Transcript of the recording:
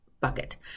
bucket